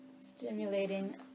Stimulating